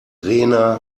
rena